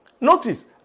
Notice